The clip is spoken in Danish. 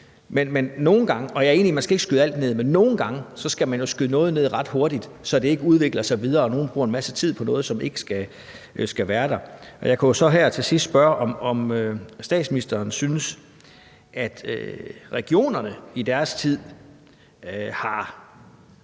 sundhedsvæsen. Jeg er enig i, at man ikke skal skyde alt ned, men nogle gange skal man jo skyde noget ned ret hurtigt, så det ikke udvikler sig videre, og så nogen ikke bruger en hel masse tid på noget, som ikke skal være der. Jeg kunne så her til sidst spørge, om statsministeren synes, at regionerne i deres tid har